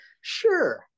Sure